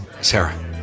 Sarah